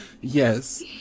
Yes